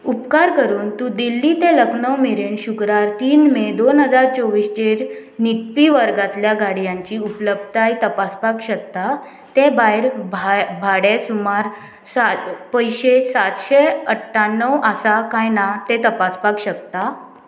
उपकार करून तूं दिल्ली ते लखनव मेरेन शुक्रार तीन मे दोन हजार चोवीस चेर न्हिदपी वर्गांतल्या गाडयांची उपलब्धताय तपासपाक शकता ते भायर भाय भाडें सुमार साठ पयशे सातशे अठ्ठ्याणव आसा काय ना तें तपासपाक शकता